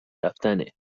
رفتنه